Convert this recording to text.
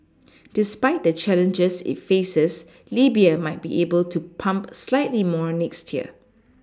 despite the challenges it faces Libya might be able to pump slightly more next year